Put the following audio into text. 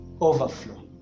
overflow